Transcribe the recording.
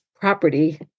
property